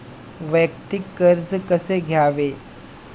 वैयक्तिक कर्ज कसे घ्यावे?